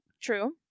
true